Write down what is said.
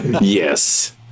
Yes